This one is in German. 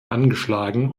angeschlagen